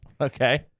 Okay